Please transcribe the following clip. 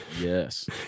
yes